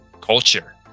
culture